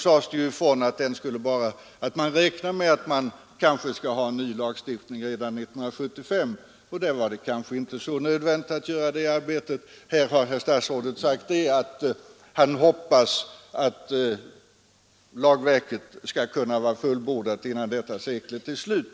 När det gäller aktiebolagslagen sades det ju ifrån, att man räknar med att ha en helt ny lagstiftning färdig redan 1975, så där var det kanske inte så nödvändigt att göra det arbetet. Här har herr statsrådet sagt att han hoppas att lagverket skall kunna bli fullbordat innan detta sekel är slut.